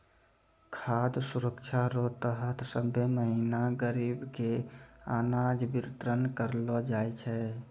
खाद सुरक्षा रो तहत सभ्भे महीना गरीब के अनाज बितरन करलो जाय छै